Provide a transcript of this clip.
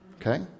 Okay